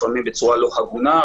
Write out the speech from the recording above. לפעמים בצורה לא הגונה,